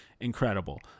incredible